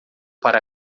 para